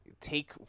take